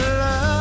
love